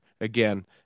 again